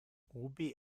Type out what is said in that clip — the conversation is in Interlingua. ubi